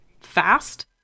fast